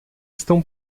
estão